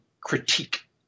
critique